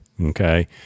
okay